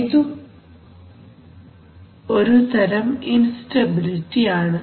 ഇതും ഒരുതരം ഇൻസ്റ്റബിലിറ്റി ആണ്